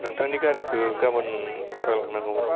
नोंथांनि गारिखौ गाबोन भारा लांनांगौमोन